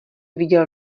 viděl